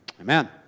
Amen